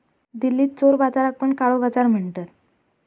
दिल्लीत चोर बाजाराक पण काळो बाजार म्हणतत